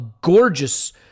gorgeous